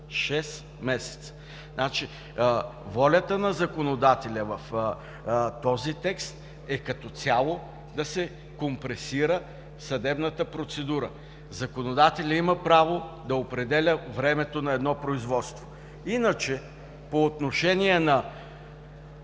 месеца! Волята на законодателя в този текст е като цяло да се компресира съдебната процедура. Законодателят има право да определя времето на едно производство. Иначе по отношение на